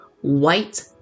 white